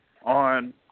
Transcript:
on